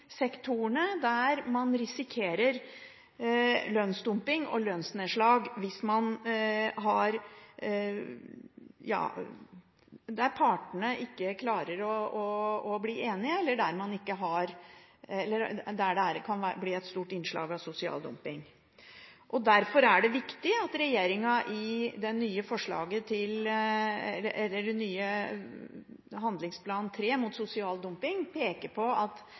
sektorene, der man risikerer lønnsdumping og lønnsnedslag, der partene ikke klarer å bli enige, eller der det kan bli et stort innslag av sosial dumping. Derfor er det viktig at regjeringen i den nye handlingsplan 3 mot sosial dumping peker på at